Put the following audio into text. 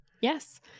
Yes